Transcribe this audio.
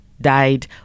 Died